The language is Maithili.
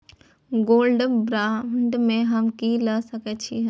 गोल्ड बांड में हम की ल सकै छियै?